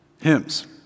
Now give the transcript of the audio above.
Hymns